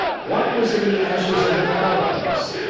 one was in the ashes of the fireplace.